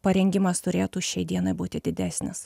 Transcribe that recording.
parengimas turėtų šiai dienai būti didesnis